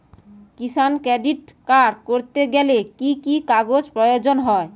কিষান credit card করতে গেলে কি কি কাগজ প্রয়োজন হয়?